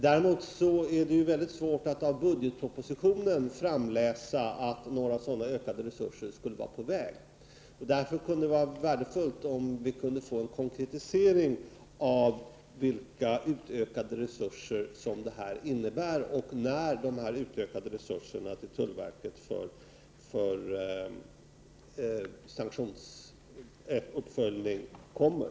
Däremot är det mycket svårt att av budgetpropositionen utläsa att några sådana utökade resurser skulle vara på väg. Därför skulle det vara värdefullt om vi kunde få en konkretisering när det gäller vilka utökade resurser för en uppföljning av sanktionslagstiftningen som tullverket skall få och när en sådan utökning kommer.